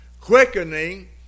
Quickening